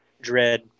dread